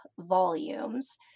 volumes